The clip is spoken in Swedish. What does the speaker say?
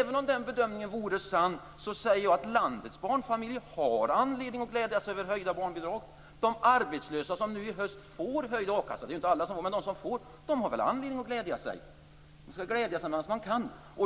Även om den bedömningen vore sann säger jag att landets barnfamiljer har anledning att glädjas över höjda barnbidrag. De arbetslösa som nu i höst får höjd a-kassa - det är ju inte alla som får det - har anledning att glädja sig. Man skall väl glädja sig medan man kan?